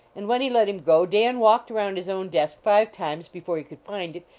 and when he let him go, dan walked around his own desk five times before he could find it,